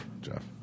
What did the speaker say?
Jeff